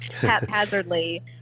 haphazardly